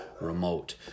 remote